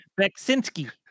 Beksinski